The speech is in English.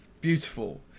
beautiful